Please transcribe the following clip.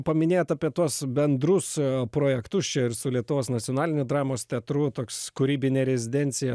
paminėjot apie tuos bendrus projektus čia ir su lietuvos nacionalinio dramos teatru toks kūrybinė rezidencija